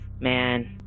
Man